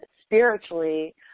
spiritually